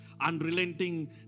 unrelenting